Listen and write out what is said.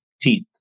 teeth